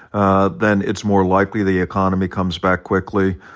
ah then it's more likely the economy comes back quickly.